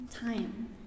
time